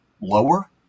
lower